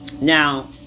Now